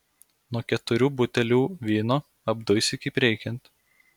nuo keturių butelių vyno apduisi kaip reikiant